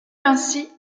ainsi